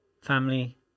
family